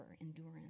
endurance